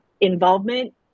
involvement